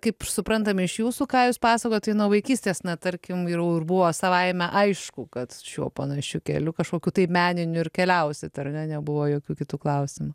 kaip suprantam iš jūsų ką jūs pasakojot tai nuo vaikystės na tarkim ir jau buvo savaime aišku kad šiuo panašiu keliu kažkokių tai meninių ir keliausit ar ne nebuvo jokių kitų klausimų